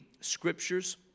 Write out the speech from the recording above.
scriptures